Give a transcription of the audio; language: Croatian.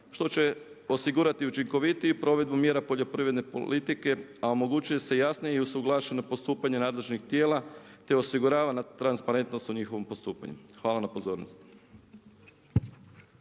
što će osigurati učinkovitiju provedbu mjera poljoprivredne politike a omogućuje se i jasnije i usuglašeno postupanje nadležnih tijela te osigurava na transparentnost u njihovom postupanju. Hvala na pozornosti.